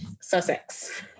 Sussex